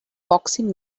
boxing